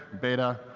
beta.